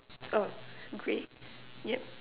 oh grey yup